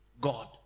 God